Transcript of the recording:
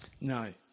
No